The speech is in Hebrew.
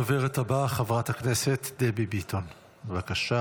הדוברת הבאה, חברת הכנסת דבי ביטון, בבקשה.